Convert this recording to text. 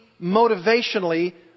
motivationally